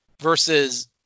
versus